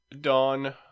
dawn